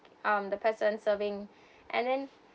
um the person serving and then